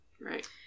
Right